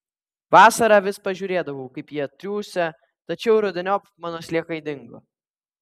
vasarą vis pažiūrėdavau kaip jie triūsia tačiau rudeniop mano sliekai dingo